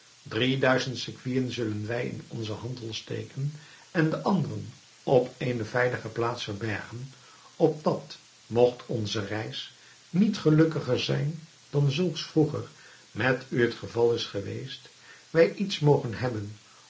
drie duizend sequinen zullen wij in onzen handel steken en de anderen op eene veilige plaats verbergen opdat mogt onze reis niet gelukkiger zijn dan zulks vroeger met u het geval is geweest wij iets mogen hebben